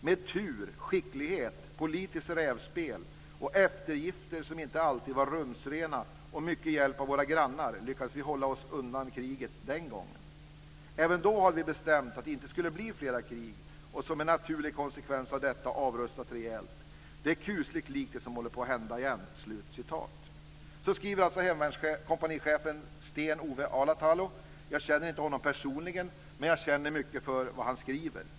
Med tur, skicklighet, politiskt rävspel och eftergifter, som inte alltid var rumsrena, och mycket hjälp av våra grannar lyckades vi hålla oss undan kriget den gången. Även då hade vi bestämt att det inte skulle bli flera krig och som en naturlig konsekvens av detta avrustat rejält. Det är kusligt likt det som håller på att hända igen." Så skriver alltså hemvärnskompanichefen Sten Ove Alatalo. Jag känner inte honom personligen, men jag känner mycket för det han skriver.